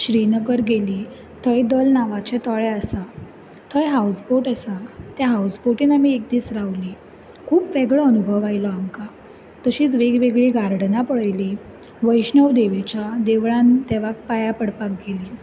श्रीनगर गेलीं थंय दल नांवांचें तळें आसा थंय हाउसबॉट आसा त्या हाउसबॉटींत आमी एक दीस रावलीं खूब वेगळो अनुभव आयलो आमकां तशींच वेग वेगळीं गार्डनां पळयलीं वैष्णो देविच्या देवळांत देवाक पायां पडपाक गेलीं